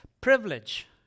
privilege